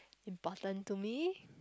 important to me